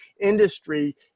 industry